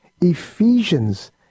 Ephesians